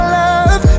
love